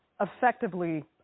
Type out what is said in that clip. effectively